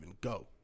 go